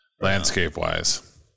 landscape-wise